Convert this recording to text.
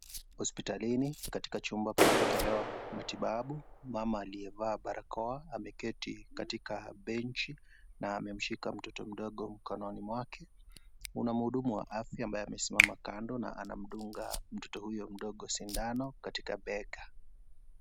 Hospitalini katika chumba panapotolewa matibabu. Mama aliyevaa barakoa ameketi katika benchi na amemshika mtoto mdogo mkononi mwake. Kuna mhudumu wa afya ambaye amesimama kando na anamdunga mtoto huyo mdogo sindano katika bega.